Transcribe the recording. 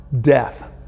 death